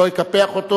לא אקפח אותו.